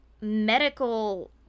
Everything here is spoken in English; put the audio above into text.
medical